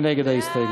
מי נגד ההסתייגות?